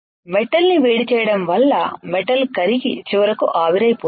metal ని వేడి చేయడం వల్ల మెటల్ కరిగి చివరకు ఆవిరైపోతుంది